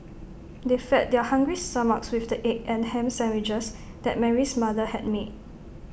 they fed their hungry stomachs with the egg and Ham Sandwiches that Mary's mother had made